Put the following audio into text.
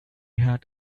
heard